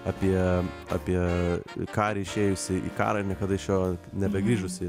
apie apie karį išėjusį į karą ir niekada iš jo nebegrįžusi